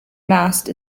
mast